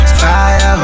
fire